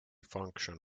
function